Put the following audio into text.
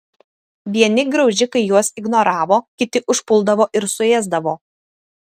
vieni graužikai juos ignoravo kiti užpuldavo ir suėsdavo